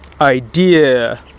idea